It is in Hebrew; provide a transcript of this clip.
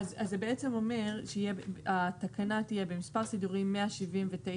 זה בעצם אומר שהתקנה תהיה במספר סידורי 179ד,